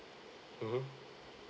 mmhmm